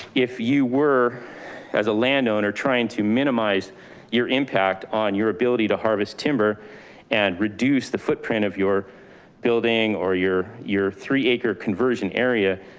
if you were as a landowner, trying to minimize your impact on your ability to harvest timber and reduce the footprint of your building or your your three acre conversion area,